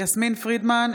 יסמין פרידמן,